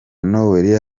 noel